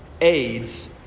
aids